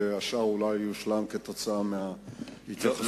והשאר אולי יושלם כתוצאה מההתייחסויות.